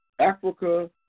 Africa